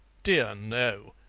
dear no.